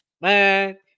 Man